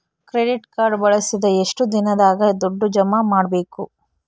Credit card ಬಳಸಿದ ಎಷ್ಟು ದಿನದಾಗ ದುಡ್ಡು ಜಮಾ ಮಾಡ್ಬೇಕು?